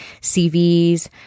CVs